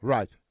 Right